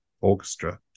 Orchestra